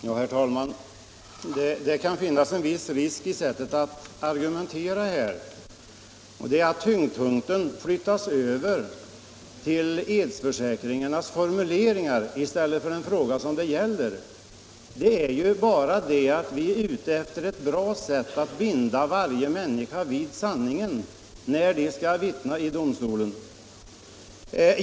Herr talman! Det kan ligga en viss risk i det här sättet att argumentera, den nämligen att tyngdpunkten flyttas över till edsförsäkringarnas formulering från den fråga det verkligen gäller. Vi är ute efter ett bra sätt att binda människorna vid sanningen när de skall vittna inför domstol.